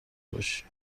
باشی